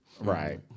Right